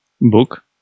book